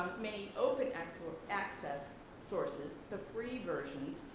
many open access access sources, the free versions,